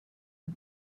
ein